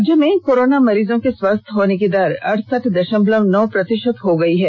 राज्य में कोरोना मरीजों के स्वस्थ्य होने की दर अरसठ दषमलव नौ प्रतिषत हो गई है